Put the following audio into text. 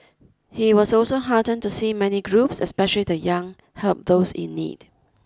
he was also heartened to see many groups especially the young help those in need